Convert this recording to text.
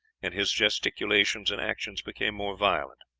and his gesticulations and actions became more violent.